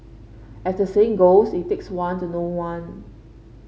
as the saying goes it takes one to know one